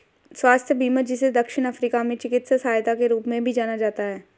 स्वास्थ्य बीमा जिसे दक्षिण अफ्रीका में चिकित्सा सहायता के रूप में भी जाना जाता है